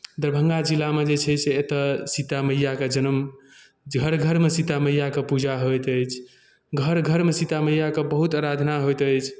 दरभंगा जिलामे जे छै से एतय सीता मैयाके जन्म घर घरमे सीता मैयाके पूजा होइत अछि घर घरमे सीता मैयाके बहुत आराधना होइत अछि